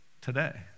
today